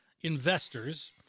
investors